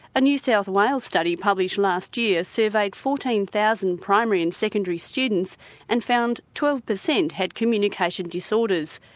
a new south wales study published last year surveyed fourteen thousand primary and secondary students and found twelve percent had communication disorders.